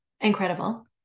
incredible